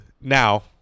Now